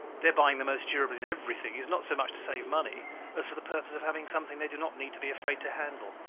their buying the most durable in everything is not so much to save money as for the purpose of having something they do not need to be afraid to handle.